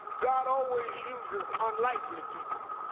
god always uses unlikely people